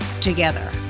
Together